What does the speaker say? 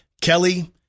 Kelly